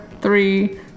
three